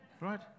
right